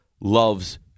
loves